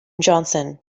johnson